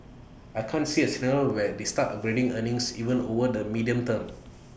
I can't see A scenario where they start upgrading earnings even over the medium term